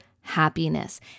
happiness